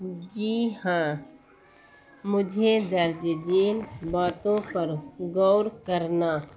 جی ہاں مجھے درج ذیل باتوں پر غور کرنا